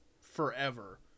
forever